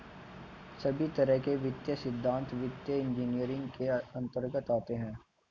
सभी तरह के वित्तीय सिद्धान्त वित्तीय इन्जीनियरिंग के अन्तर्गत आते हैं